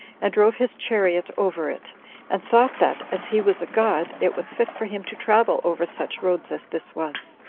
and drove his chariot over it and thought that, as he was a god, it was fit for him to travel over such roads as this was.